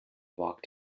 walked